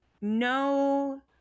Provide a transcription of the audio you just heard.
no